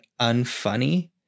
unfunny